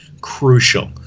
crucial